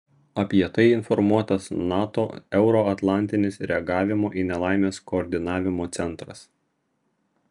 apie tai informuotas nato euroatlantinis reagavimo į nelaimes koordinavimo centras